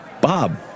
Bob